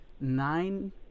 nine